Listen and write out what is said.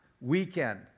weekend